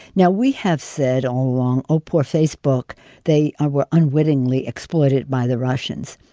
now, we have said all along, oh, poor facebook they were unwittingly exploited by the russians.